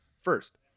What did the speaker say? First